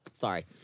Sorry